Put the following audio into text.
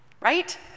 Right